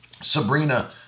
Sabrina